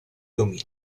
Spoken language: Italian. domini